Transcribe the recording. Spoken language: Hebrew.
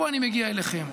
פה אני מגיע אליכם.